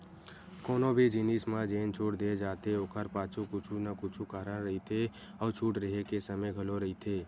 कोनो भी जिनिस म जेन छूट दे जाथे ओखर पाछू कुछु न कुछु कारन रहिथे अउ छूट रेहे के समे घलो रहिथे